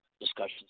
discussions